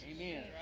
Amen